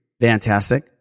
Fantastic